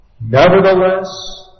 Nevertheless